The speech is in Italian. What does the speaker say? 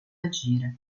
agire